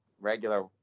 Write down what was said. regular